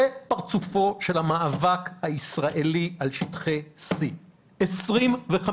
זה פרצופו של המאבק הישראלי על שטחי C. 25